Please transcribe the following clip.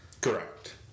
Correct